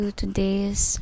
today's